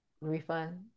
Refund